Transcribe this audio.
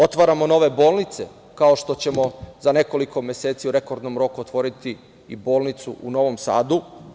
Otvaramo nove bolnice, kao što ćemo za nekoliko meseci u rekordnom roku otvoriti i bolnicu u Novom Sadu.